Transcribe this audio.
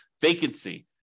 vacancy